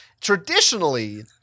Traditionally